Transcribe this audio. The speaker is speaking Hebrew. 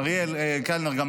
אריאל קלנר,